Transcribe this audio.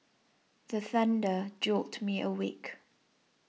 the thunder jolt me awake